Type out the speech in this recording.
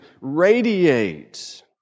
radiate